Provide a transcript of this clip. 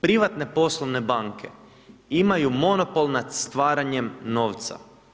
Privatne poslovne banke imaju monopol nad stvaranjem novca.